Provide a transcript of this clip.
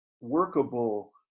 workable